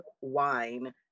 wine